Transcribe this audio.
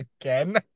again